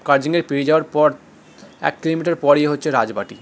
Curzon gate পেড়িয়ে যাওয়ার পর এক কিলোমিটার পরই হচ্ছে রাজবাটী